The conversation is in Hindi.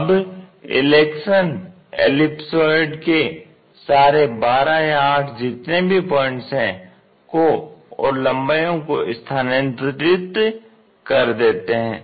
अब इलेक्शन एलिपसॉयडल के सारे 12 या 8 जितने भी पॉइंट्स हैं को और लंबाईओं को स्थानांतरित कर देते हैं